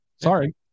Sorry